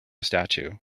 statute